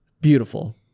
Beautiful